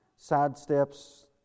sidesteps